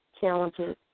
challenges